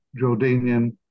Jordanian